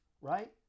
right